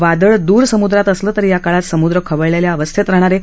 वादळ दूर सम्द्रात असले तरी या काळात समूद्र खवळलेल्या अवस्थेत राहणार आहे